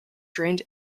drained